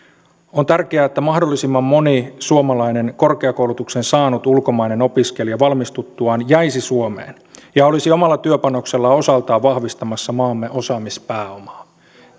on tärkeää että mahdollisimman moni suomalaisen korkeakoulutuksen saanut ulkomainen opiskelija valmistuttuaan jäisi suomeen ja olisi omalla työpanoksellaan osaltaan vahvistamassa maamme osaamispääomaa